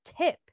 tip